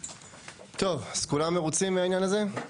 טוב, אז כולם מרוצים מהעניין הזה?